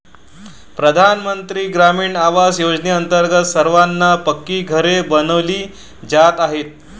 प्रधानमंत्री ग्रामीण आवास योजनेअंतर्गत सर्वांना पक्की घरे बनविली जात आहेत